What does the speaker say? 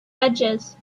edges